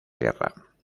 guerra